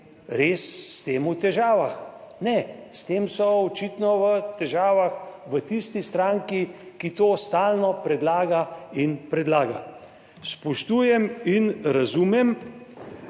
res s tem v težavah - ne, s tem so očitno v težavah v tisti stranki, ki to stalno predlaga in predlaga. Spoštujem in razumem